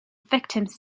victims